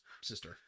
sister